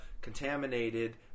contaminated